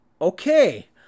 Okay